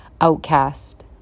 outcast